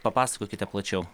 papasakokite plačiau